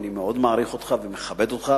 אני מאוד מעריך אותך ומכבד אותך,